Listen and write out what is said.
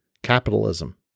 Capitalism